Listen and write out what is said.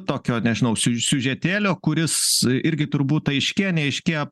tokio nežinau siužetėlio kuris irgi turbūt aišėja neaiškėja